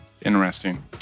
Interesting